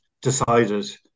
decided